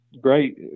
Great